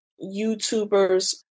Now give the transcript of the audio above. YouTubers